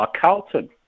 Carlton